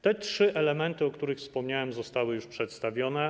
Te trzy elementy, o których wspomniałem, zostały już przedstawione.